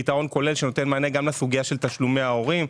פתרון כולל שנותן מענה גם לסוגיה של תשלומי ההורים.